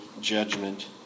judgment